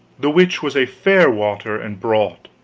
the which was a fair water and broad,